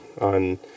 on